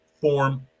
Form